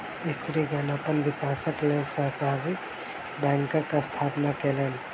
स्त्रीगण अपन विकासक लेल सहकारी बैंकक स्थापना केलैन